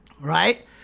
right